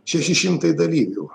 šeši šimtai dalyvių